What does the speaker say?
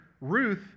Ruth